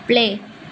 play